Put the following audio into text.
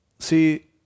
See